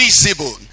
visible